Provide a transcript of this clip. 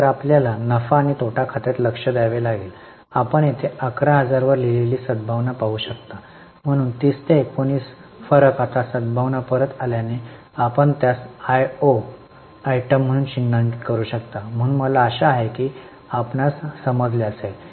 तर आपल्याला नफा आणि तोटा खात्यात लक्ष द्यावे लागेल आपण येथे 11000 वर लिहिलेली सद्भावना पाहू शकता म्हणून 30 ते 19 फरक आता सद्भावना परत आल्याने आपण त्यास आयओ आयटम म्हणून चिन्हांकित करू शकता म्हणून मला आशा आहे की आपण समजले असेल